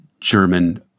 German